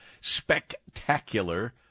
spectacular